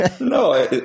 No